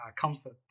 comfort